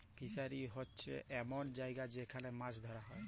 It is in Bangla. ফিসারি হছে এমল জায়গা যেখালে মাছ ধ্যরা হ্যয়